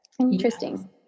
interesting